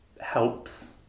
helps